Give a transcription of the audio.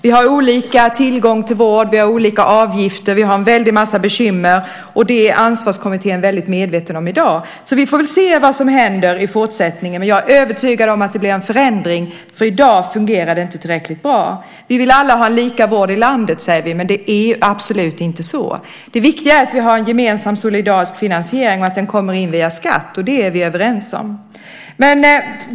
Vi har olika tillgång till vård, vi har olika avgifter och en väldig massa bekymmer. Det är Ansvarskommittén väldigt medveten om i dag. Vi får väl se vad som händer i fortsättningen. Jag är övertygad om att det blir en förändring, för i dag fungerar det inte tillräckligt bra. Vi vill alla ha en lika vård i landet, säger vi, men det är absolut inte så. Det viktiga är att vi har en gemensam solidarisk finansiering och att den kommer in via skatt, och det är vi överens om.